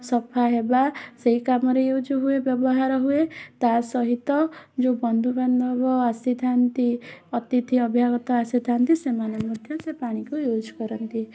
ସଫା ହେବା ସେହି କାମରେ ୟୁଜ୍ ହୁଏ ବ୍ୟବହର ହୁଏ ତା' ସହିତ ଯେଉଁ ବନ୍ଧୁବାନ୍ଧବ ଆସିଥାନ୍ତି ଅତିଥି ଅଭ୍ୟାଗତ ସେମାନେ ମଧ୍ୟ ସେ ପାଣିକୁ ୟୁଜ୍ କରନ୍ତି